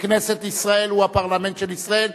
בכנסת ישראל, הוא הפרלמנט של ישראל,